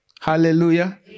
Hallelujah